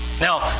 Now